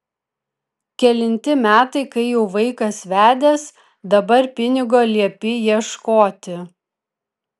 kelinti metai kai jau vaikas vedęs dabar pinigo liepi ieškoti